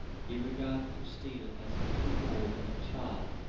he regarded christina as little more than a child,